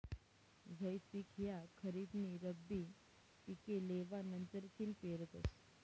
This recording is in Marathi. झैद पिक ह्या खरीप नी रब्बी पिके लेवा नंतरथिन पेरतस